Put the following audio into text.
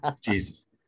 Jesus